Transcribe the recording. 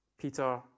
Peter